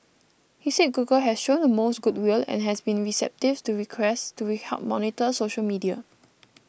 he said Google has shown the most good will and has been receptive to requests to be help monitor social media